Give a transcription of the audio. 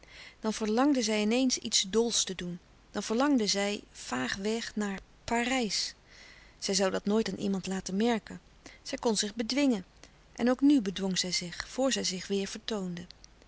dan verlangde zij in eens iets dols te doen dan verlangde zij vaag weg naar parijs zij zoû dat nooit aan iemand laten merken zij kon zich bedwingen en ook nu bedwong zij zich louis couperus de stille kracht voor zij zich weêr vertoonde